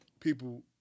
People